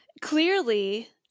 clearly